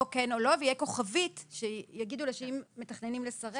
או כן או לא ותהיה כוכבית שיגידו לה שאם מתכננים לסרב,